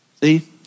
See